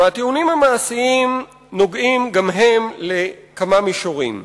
והטיעונים המעשיים נוגעים גם הם בכמה מישורים.